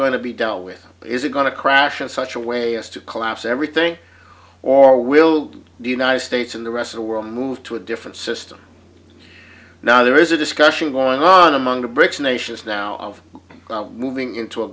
going to be dealt with is it going to crash in such a way as to collapse everything or will the united states and the rest of the world move to a different system now there is a discussion going on among the brics nations now of moving into a